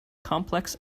complex